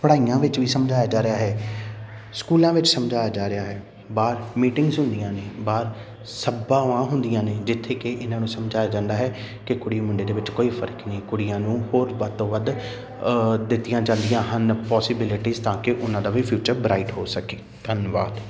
ਪੜ੍ਹਾਈਆਂ ਵਿੱਚ ਵੀ ਸਮਝਾਇਆ ਜਾ ਰਿਹਾ ਹੈ ਸਕੂਲਾਂ ਵਿੱਚ ਸਮਝਾਇਆ ਜਾ ਰਿਹਾ ਹੈ ਬਾਹਰ ਮੀਟਿੰਗਸ ਹੁੰਦੀਆਂ ਨੇ ਬਾਹਰ ਸਭਾਵਾਂ ਹੁੰਦੀਆਂ ਨੇ ਜਿੱਥੇ ਕਿ ਇਹਨਾਂ ਨੂੰ ਸਮਝਾਇਆ ਜਾਂਦਾ ਹੈ ਕਿ ਕੁੜੀ ਮੁੰਡੇ ਦੇ ਵਿੱਚ ਕੋਈ ਫਰਕ ਨਹੀਂ ਕੁੜੀਆਂ ਨੂੰ ਹੋਰ ਵੱਧ ਤੋਂ ਵੱਧ ਦਿੱਤੀਆਂ ਜਾਂਦੀਆਂ ਹਨ ਪੋਸੀਬਿਲਿਟੀਸ ਤਾਂ ਕਿ ਉਹਨਾਂ ਦਾ ਵੀ ਫਿਊਚਰ ਬਰਾਈਟ ਹੋ ਸਕੇ ਧੰਨਵਾਦ